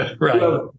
Right